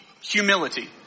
Humility